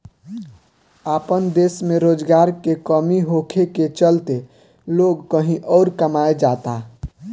आपन देश में रोजगार के कमी होखे के चलते लोग कही अउर कमाए जाता